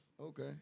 Okay